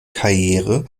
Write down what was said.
karriere